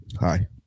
Hi